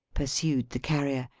pursued the carrier,